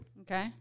Okay